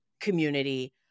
community